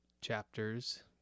chapters